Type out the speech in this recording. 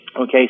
Okay